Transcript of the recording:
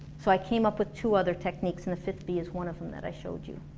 so i came up with two other techniques and the fifth b is one of them that i showed you